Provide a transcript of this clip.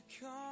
come